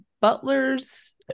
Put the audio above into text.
butlers